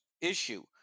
issue